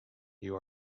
you